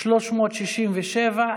367,